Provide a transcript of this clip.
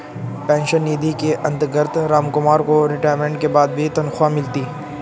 pension निधि के अंतर्गत रामकुमार को रिटायरमेंट के बाद भी तनख्वाह मिलती